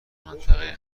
منطقه